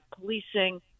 policing